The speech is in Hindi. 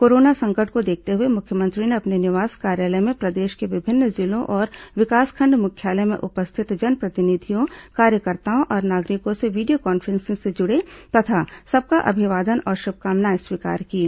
कोरोना संकट को देखते हुए मुख्यमंत्री ने अपने निवास कार्यालय में प्रदेश के विभिन्न जिलों और विकासखंड मुख्यालय में उपस्थित जनप्रतिनिधियों कार्यकर्ताओं और नागरिकों से वीडियो कॉन्फ्रेंसिंग से जुड़े तथा सबका अभिवादन और शुभकामनाएं स्वीकार कीं